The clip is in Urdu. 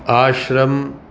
آشرم